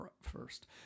first